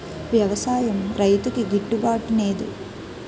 వ్యవసాయం రైతుకి గిట్టు బాటునేదు